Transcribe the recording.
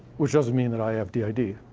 which doesn't mean that i have did.